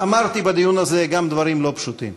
אמרתי בדיון הזה גם דברים לא פשוטים,